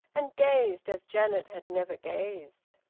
and gazed as janet had never gazed.